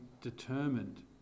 determined